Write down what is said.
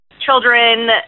children